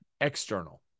external